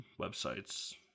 websites